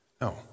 No